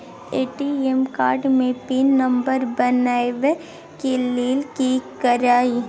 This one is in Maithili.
ए.टी.एम कार्ड के पिन नंबर बनाबै के लेल की करिए?